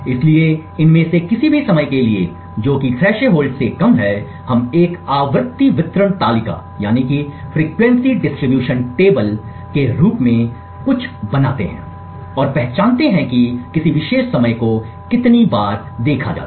इसलिए इनमें से किसी भी समय के लिए जो कि थ्रेशोल्ड से कम है हम एक आवृत्ति वितरण तालिका के रूप में ज्ञात कुछ बनाए रखते हैं और पहचानते हैं कि किसी विशेष समय को कितनी बार देखा जाता है